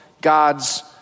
God's